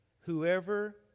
Whoever